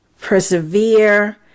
persevere